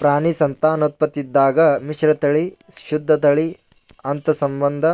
ಪ್ರಾಣಿ ಸಂತಾನೋತ್ಪತ್ತಿದಾಗ್ ಮಿಶ್ರತಳಿ, ಶುದ್ಧ ತಳಿ, ಅಂತಸ್ಸಂಬಂಧ